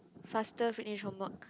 faster finish homework